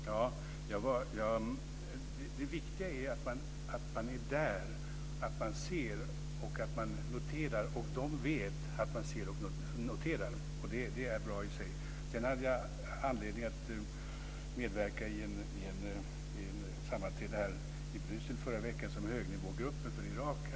Fru talman! Det viktiga är att man är där, att man ser och noterar. De vet att man ser och noterar, och det är bra i sig. Sedan hade jag anledning att medverka i ett sammanträde i Bryssel i förra veckan med högnivågruppen för Irak.